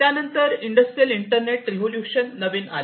त्यानंतर industrial internet revolution नवीन आले